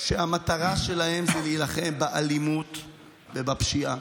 שהמטרה שלהם זה להילחם באלימות ובפשיעה.